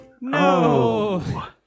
No